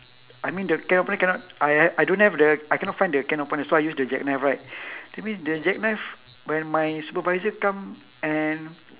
I mean the can opener cannot I I don't have the I cannot find the can opener so I used the jackknife right that means the jackknife when my supervisor come and